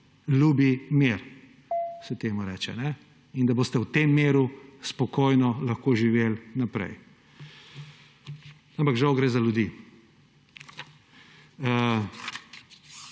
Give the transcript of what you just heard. ljubi mir, se temu reče, in da boste v tem miru spokojno lahko živeli naprej. Ampak žal gre za ljudi.